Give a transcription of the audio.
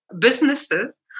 businesses